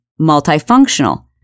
multifunctional